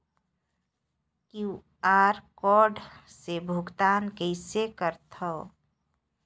QR code से भुगतान कइसे करथव?